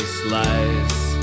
slice